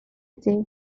ydy